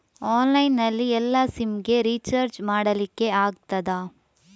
Online ನಲ್ಲಿ ಎಲ್ಲಾ sim ಗೆ ರಿಚಾರ್ಜ್ ಮಾಡಲಿಕ್ಕೆ ಆಗ್ತದಾ?